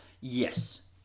Yes